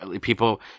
people